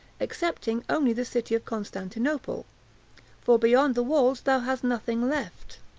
excepting only the city of constantinople for beyond the walls thou hast nothing left.